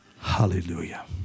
Hallelujah